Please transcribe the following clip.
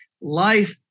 life